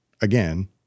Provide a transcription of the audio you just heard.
again